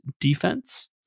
defense